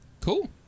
Cool